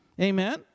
Amen